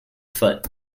foot